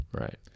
Right